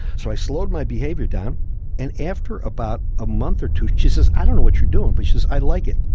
so i slowed my behaviour down and after about a month or two she says, i don't know what you're doing but she says, i like it.